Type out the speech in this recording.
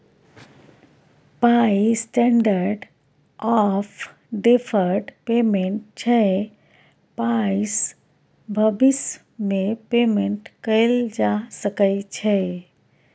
पाइ standard of deferred payment छै पाइसँ भबिस मे पेमेंट कएल जा सकै छै